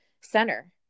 center